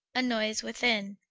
a noyse within.